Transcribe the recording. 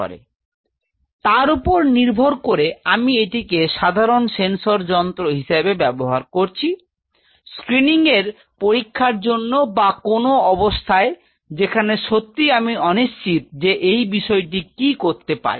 তো তার উপর নির্ভর করে আমি এটিকে একটি সাধারণ সেন্সর যন্ত্র হিসবে ব্যবহার করছি স্ক্রিনিং এর পরীক্ষার জন্য বা কোনও অবস্থায় যেখানে সত্যি আমি অনিশ্চিত যে এই বিষটি কি করতে পারে